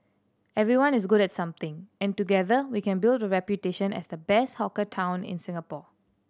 everyone is good at something and together we can build a reputation as the best hawker town in Singapore